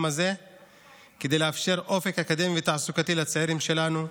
הזה כדי לאפשר אופק אקדמי ותעסוקתי לצעירים שלנו,